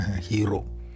hero